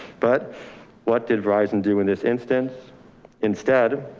but what did verizon do in this instance instead?